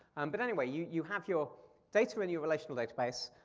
um but anyway, you you have your data in your relational database,